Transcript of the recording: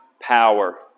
power